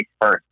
first